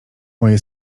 moje